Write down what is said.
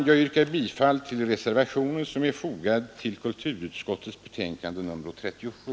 Jag yrkar bifall äll den reservation som är fogad vid kulturutskottets betänkande nr 37.